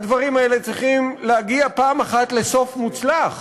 הדברים האלה צריכים להגיע פעם אחת לסוף מוצלח.